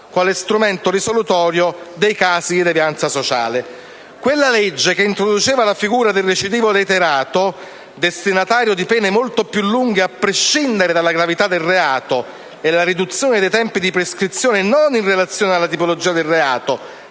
quale strumento risolutorio dei casi di devianza sociale. Quella legge, che introduceva la figura del recidivo reiterato, destinatario di pene molto più lunghe a prescindere dalla gravità del reato, e la riduzione dei tempi di prescrizione non in relazione alla tipologia del reato,